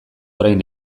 orain